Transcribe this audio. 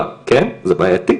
זה בעייתי.